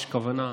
יש כוונה,